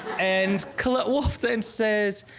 and collette wolfe then says.